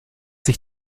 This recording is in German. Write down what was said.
sich